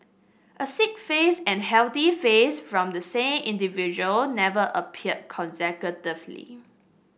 a sick face and healthy face from the same individual never appeared consecutively